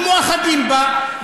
אנחנו מאוחדים בה,